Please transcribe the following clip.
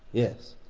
yes,